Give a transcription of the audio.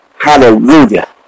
Hallelujah